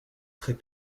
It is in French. très